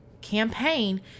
campaign